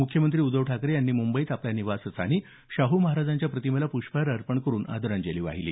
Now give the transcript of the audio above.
मुख्यमंत्री उद्धव ठाकरे यांनी मुंबईत आपल्या निवासस्थानी शाहू महाराजांच्या प्रतिमेस पृष्पहार अर्पण करून आदरांजली वाहिली